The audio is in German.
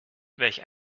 welch